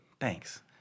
Thanks